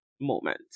moment